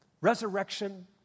resurrection